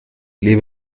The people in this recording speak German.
lebe